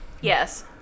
yes